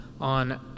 on